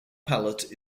palate